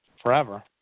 forever